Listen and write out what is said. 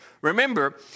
Remember